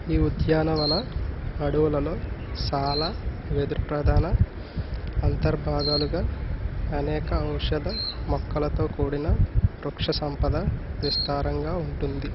ఈ ఉద్యానవన అడవులలో సాల వెదురు ప్రధాన అంతర్భాగాలుగా అనేక ఔషధ మొక్కలతో కూడిన వృక్షసంపద విస్తారంగా ఉంటుంది